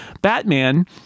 batman